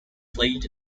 played